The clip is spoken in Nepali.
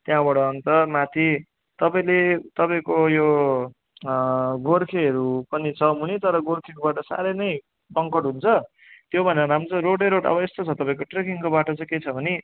त्यहाँबाट अन्त माथि तपाईँले तपाईँको यो गोर्खेहरू पनि छ मुनि तर गोर्खोबाट साह्रै नै सङकट हुन्छ त्योभन्दा राम्रो चाहिँ रोडै रोड अब यस्तो छ तपाईँको ट्रेकिङको बाटो चाहिँ के छ भने